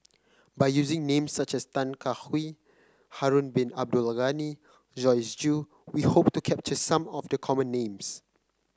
by using names such as Tan Kah Kee Harun Bin Abdul Ghani Joyce Jue we hope to capture some of the common names